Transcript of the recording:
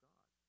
God